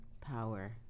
power